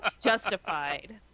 Justified